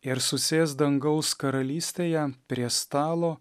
ir susės dangaus karalystėje prie stalo